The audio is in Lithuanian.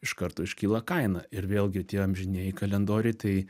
iš karto užkyla kaina ir vėlgi tie amžinieji kalendoriai tai